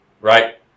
Right